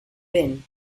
been